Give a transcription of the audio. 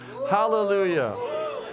Hallelujah